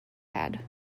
had